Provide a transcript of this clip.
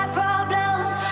problems